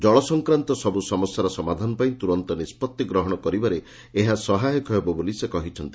ଜଳ ସଂକ୍ରାନ୍ତ ସବୁ ସମସ୍ୟାର ସମାଧାନ ପାଇଁ ତୁରନ୍ତ ନିଷ୍ବଉି ଗ୍ରହଶ କରିବାରେ ଏହା ସହାୟକ ହେବ ବୋଲି ସେ କହିଛନ୍ତି